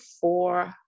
four